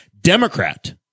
Democrat